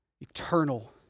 eternal